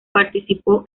participó